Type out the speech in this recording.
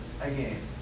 again